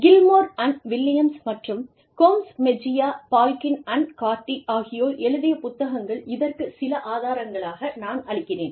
Gilmore Williams மற்றும் Gomez Mejia Balkin Cardy ஆகியோர் எழுதிய புத்தகங்கள் இதற்கு சில ஆதாரங்களாக நான் அளிக்கிறேன்